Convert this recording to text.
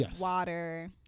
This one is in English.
water